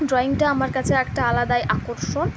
ড্রয়িংটা আমার কাছে একটা আলাদাই আকর্ষণ